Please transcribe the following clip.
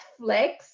Netflix